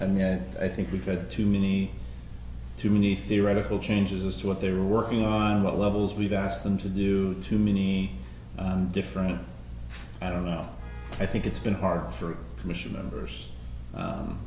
i mean i think we've had too many too many theoretical changes as to what they're working on what levels we've asked them to do too many different i don't know i think it's been hard for a commission numbers